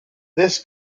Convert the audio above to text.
this